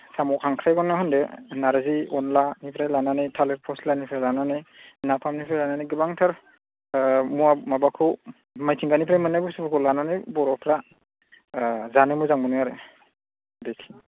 साम' खांख्राइखौनो होनदो नार्जि अनलानिफ्राय लानानै थालिर फस्लानिफ्राय लानानै नाफामनिफ्राय लानानै गोबांथार मुवा माबाखौ मिथिंगानिफ्राय मोननाय बुस्थुफोरखौ लानानै बर'फ्रा ओ जानो मोजां मोनो आरो बेखिनि